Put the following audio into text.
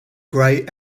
grey